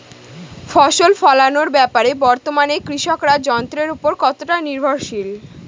ফসল ফলানোর ব্যাপারে বর্তমানে কৃষকরা যন্ত্রের উপর কতটা নির্ভরশীল?